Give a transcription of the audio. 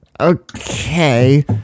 Okay